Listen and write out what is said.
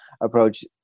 approach